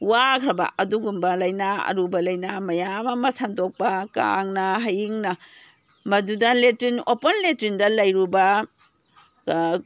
ꯋꯥꯈ꯭ꯔꯕ ꯑꯗꯨꯒꯨꯝꯕ ꯂꯩꯅꯥ ꯑꯔꯨꯕ ꯂꯩꯅꯥ ꯃꯌꯥꯝ ꯑꯃ ꯁꯟꯗꯣꯛꯄ ꯀꯥꯡꯅ ꯍꯌꯤꯡꯅ ꯃꯗꯨꯗ ꯂꯦꯇ꯭ꯔꯤꯟ ꯑꯣꯄꯟ ꯂꯦꯇ꯭ꯔꯤꯟꯗ ꯂꯩꯔꯨꯕ